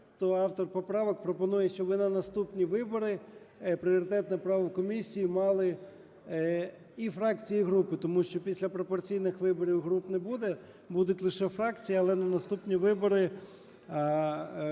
то автор поправок пропонує, щоб вже на наступні вибори пріоритетне право в комісії мали і фракції, і групи. Тому що після пропорційних виборів груп не буде, будуть лише фракції, але на наступні вибори